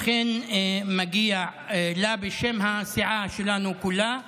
לכן מגיעה לה בשם הסיעה שלנו כולה,